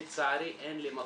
לצערי אין לי מקום.